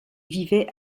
vivait